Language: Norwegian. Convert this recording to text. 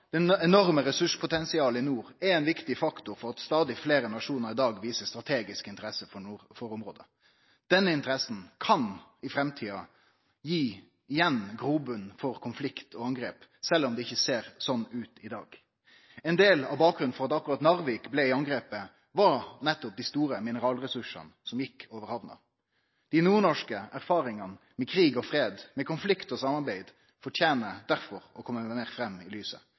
nord er ein viktig faktor for at stadig fleire nasjonar i dag viser strategisk interesse for området. Denne interessa kan i framtida igjen gje grobotn for konflikt og angrep, sjølv om det ikkje ser slik ut i dag. Ein del av bakgrunnen for at akkurat Narvik blei angripen, var nettopp dei store mineralressursane som gjekk over hamna. Dei nordnorske erfaringane med krig og fred, med konflikt og samarbeid, fortener derfor å kome meir fram i lyset.